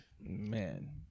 Man